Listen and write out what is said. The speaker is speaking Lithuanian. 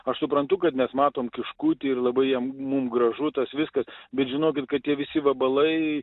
aš suprantu kad mes matom kiškutį ir labai jam mum gražu tas viskas bet žinokit kad jie visi vabalai